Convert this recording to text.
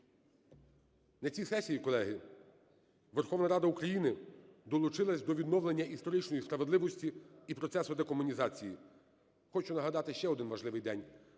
На цій сесії, колеги, Верховна Рада України долучилась до відновлення історичної справедливості і процесу декомунізації. Хочу нагадати ще один важливий день,